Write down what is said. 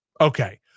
Okay